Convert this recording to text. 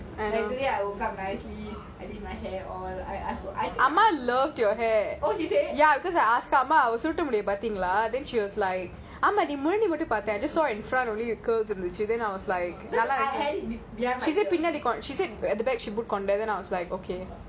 like today I woke up nicely I did my hair all I I oh she said no I had it behind my ear